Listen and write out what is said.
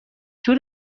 تور